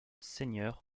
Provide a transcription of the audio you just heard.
seigneurs